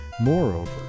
Moreover